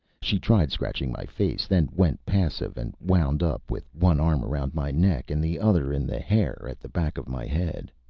she tried scratching my face, then went passive, and wound up with one arm around my neck and the other in the hair at the back of my head.